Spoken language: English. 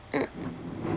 mm